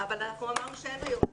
אבל אנחנו אמרנו שאין היום הצבעה.